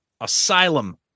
Asylum